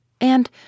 And